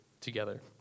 together